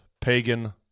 pagan